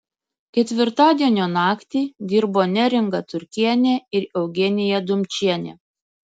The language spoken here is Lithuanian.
ketvirtadienio naktį dirbo neringa turkienė ir eugenija dumčienė